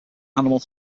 animal